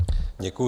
Děkuju.